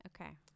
Okay